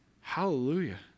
Hallelujah